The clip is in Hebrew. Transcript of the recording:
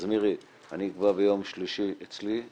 אז, מירי, אני אקבע ביום שלישי אצלי.